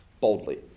Boldly